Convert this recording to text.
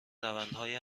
روندهای